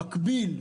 במקביל,